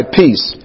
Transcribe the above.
peace